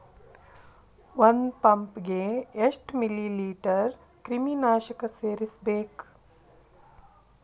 ಒಂದ್ ಪಂಪ್ ಗೆ ಎಷ್ಟ್ ಮಿಲಿ ಲೇಟರ್ ಕ್ರಿಮಿ ನಾಶಕ ಸೇರಸ್ಬೇಕ್?